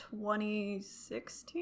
2016